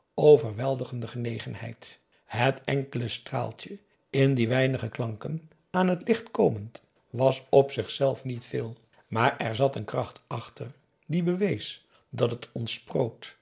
overweldigende genegenheid het enkele straaltje in die weinige klanken aan het licht komend was op zichzelf niet veel maar er zat een kracht achter die bewees dat het